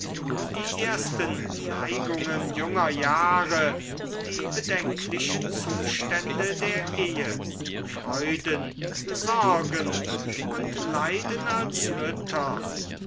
die ersten neigungen junger jahre die bedenklichen zustände der ehe freuden sorgen und leiden als mütter